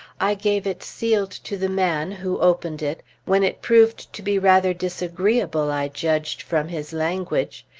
i gave it sealed to the man, who opened it, when it proved to be rather disagreeable, i judged from his language.